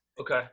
okay